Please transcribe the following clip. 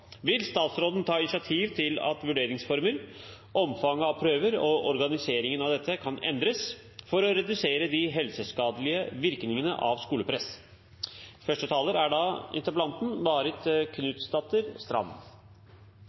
vil ta for at vurderingsformer, omfanget av prøver og organiseringen av dette kan endres for å redusere de helseskadelige virkningene av skolepress.